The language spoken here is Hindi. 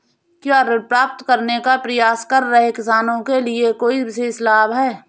क्या ऋण प्राप्त करने का प्रयास कर रहे किसानों के लिए कोई विशेष लाभ हैं?